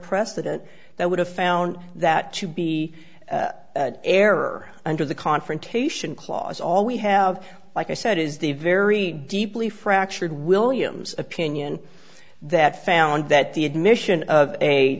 precedent that would have found that to be error under the confrontation clause all we have like i said is the very deeply fractured williams opinion that found that the admission of